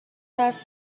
حرف